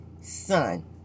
son